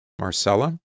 Marcella